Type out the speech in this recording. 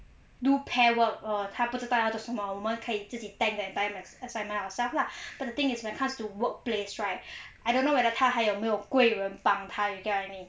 do pair work lor 她不知道要做什么我们可以自己 tank the entire assignment ourself lah but the thing is when it comes to workplace right I don't know whether 她还有没有贵人帮她 you get what I mean